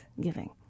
giving